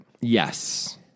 Yes